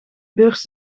beurs